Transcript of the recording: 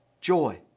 joy